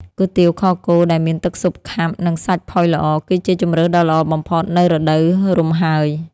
គុយទាវខគោដែលមានទឹកស៊ុបខាប់ និងសាច់ផុយល្អ គឺជាជម្រើសដ៏ល្អបំផុតនៅរដូវរំហើយ។